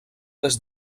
des